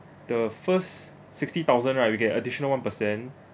the first sixty thousand right we get additional one percent